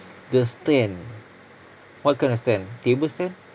the stand what kind of stand table stand